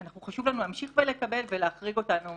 חשוב לנו להמשיך ולקבל אותו ולהחריג אותנו